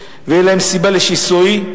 ואז הם לוקחים גם את שלהם וגם של הרשויות החלשות,